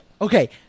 okay